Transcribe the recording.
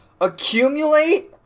Accumulate